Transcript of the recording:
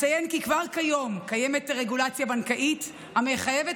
אציין כי כבר כיום קיימת רגולציה בנקאית המחייבת